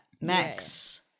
Max